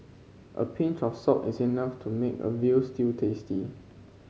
a pinch of salt is enough to make a veal stew tasty